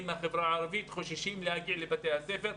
מהחברה הערבית חוששים להגיע לבתי הספר.